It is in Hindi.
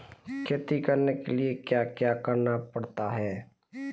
खेती करने के लिए क्या क्या करना पड़ता है?